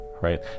Right